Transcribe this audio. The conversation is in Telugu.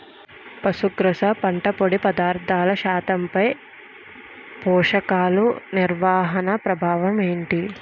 పశుగ్రాస పంట పొడి పదార్థాల శాతంపై పోషకాలు నిర్వహణ ప్రభావం ఏమిటి?